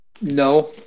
No